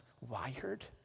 wired